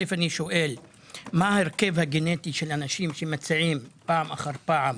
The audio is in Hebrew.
אל"ף אני שואל מה ההרכב הגנטי של אנשים שמציעים פעם אחר פעם